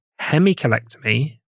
hemicolectomy